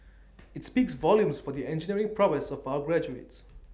IT speaks volumes for the engineering prowess of our graduates